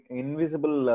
invisible